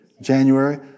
January